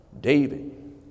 David